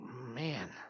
man